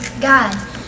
God